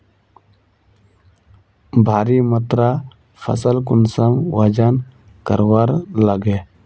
भारी मात्रा फसल कुंसम वजन करवार लगे?